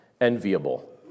enviable